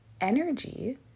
energy